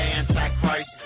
Antichrist